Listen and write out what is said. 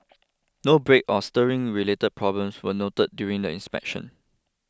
no brake or steering related problems were noted during the inspection